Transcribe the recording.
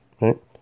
Right